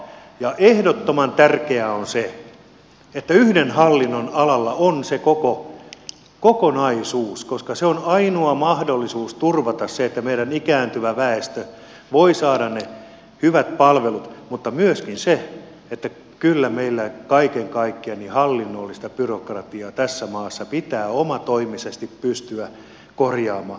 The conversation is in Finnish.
ja ehdottoman tärkeää on se että yhdellä hallinnonalalla on se koko kokonaisuus koska se on ainoa mahdollisuus turvata se että meidän ikääntyvä väestö voi saada ne hyvät palvelut mutta myöskin se että kyllä meillä kaiken kaikkiaan hallinnollista byrokratiaa tässä maassa pitää omatoimisesti pystyä korjaamaan